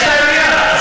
42 מיליארד.